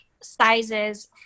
sizes